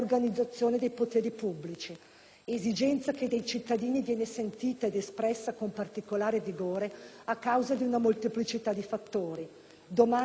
esigenza che dai cittadini viene sentita ed espressa con particolare vigore a causa di una molteplicità di fattori: domanda di maggiore efficienza e trasparenza;